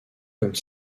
comme